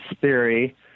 theory